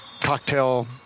cocktail